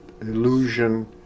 Illusion